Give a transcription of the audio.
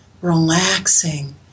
relaxing